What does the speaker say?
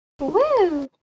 Woo